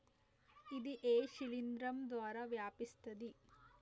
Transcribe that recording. ఇది ఏ శిలింద్రం ద్వారా వ్యాపిస్తది?